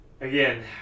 Again